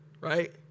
right